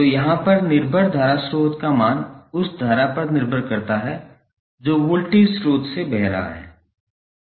तो यहाँ पर निर्भर धारा स्रोत का मान उस धारा पर निर्भर करता है जो वोल्टेज स्रोत से बह रहा है